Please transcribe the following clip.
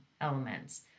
elements